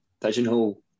pigeonhole